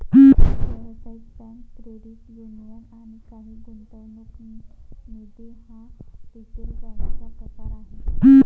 व्यावसायिक bank, credit union आणि काही गुंतवणूक निधी हा रिटेल बँकेचा प्रकार आहे